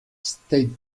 state